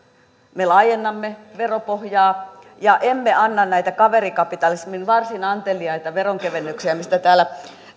me laajennamme veropohjaa emmekä anna näitä kaverikapitalismin varsin anteliaita veronkevennyksiä mistä täällä